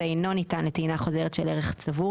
והוא אינו ניתן לטעינה חוזרת של ערך צבור.